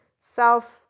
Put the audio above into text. self